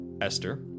Esther